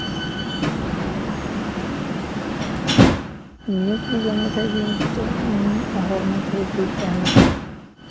ᱱᱤᱭᱟᱹ ᱠᱚ ᱡᱚᱢ ᱞᱮᱠᱷᱟᱱ ᱜᱮ ᱱᱤᱛᱳᱜ ᱦᱚᱲᱢᱚ ᱛᱷᱚᱲᱟ ᱯᱷᱤᱴ ᱛᱟᱦᱮᱱᱟ